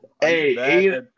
hey